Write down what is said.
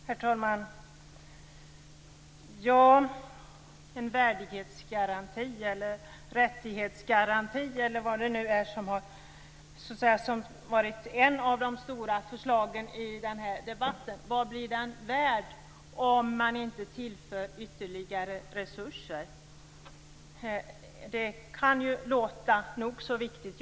Herr talman! En värdighetsgaranti, rättighetsgaranti eller vad det nu är som har varit ett av de stora förslagen i denna debatt, vad blir den värd om man inte tillför ytterligare resurser? Det kan låta nog så viktigt.